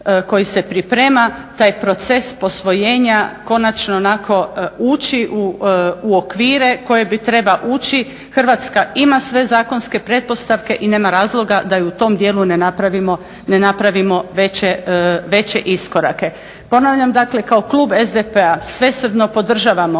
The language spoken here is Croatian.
koji se priprema, taj proces posvojenja konačno onako ući u okvire koje treba ući. Hrvatska ima sve zakonske pretpostavke i nema razloga da i u tom dijelu ne napravimo veće iskorake. Ponavljam, dakle kao klub SDP-a svesrdno podržavamo